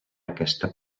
aquesta